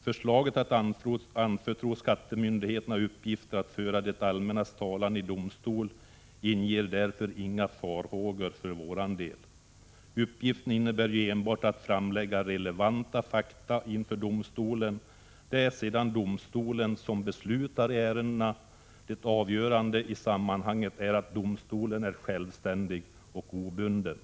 Förslaget att anförtro skattemyndigheter uppgiften att föra det allmännas talan i domstol inger därför inte oss några farhågor. Uppgiften innebär ju enbart att framlägga relevanta fakta inför domstolen. Det är sedan domsto len som beslutar i ärendena. Det avgörande i sammanhanget är att domstolen = Prot. 1986/87:50 är självständig och obunden.